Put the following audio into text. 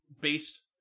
based